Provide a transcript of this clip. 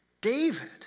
David